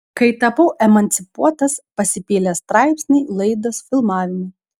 kai tapau emancipuotas pasipylė straipsniai laidos filmavimai